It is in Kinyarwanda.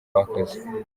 bakoze